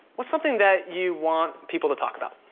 what's something that you want people to talk about?